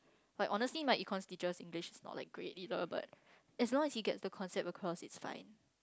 like honestly my Econs teacher's English is not that great either but as long as he gets the concept across is fine